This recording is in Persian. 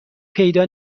پیدا